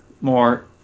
more